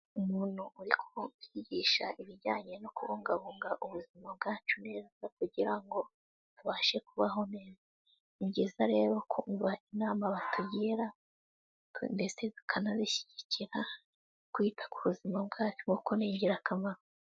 Umuntu uri kubigisha ibijyanye no kubungabunga ubuzima bwacu neza kugira ngo tubashe kubaho neza. Ni byiza rero kubaha inama batugira ndetse tukanazishyigikira, kwita ku buzima bwacu kuko ni ingirakamaro.